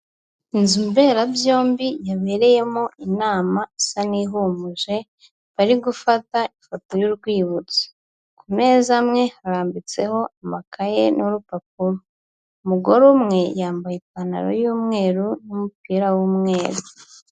Inzu mberabyombi, yabereyemo inama isa n'ihumuje, bari gufata ifoto y'urwibutso. Ku meza amwe, harambitseho amakaye n'urupapuro. Umugore umwe, yambaye ipantaro y'umweru n'umupira w'umweru.